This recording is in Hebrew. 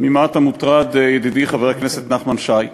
ממה אתה מוטרד, ידידי חבר הכנסת נחמן שי?